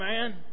man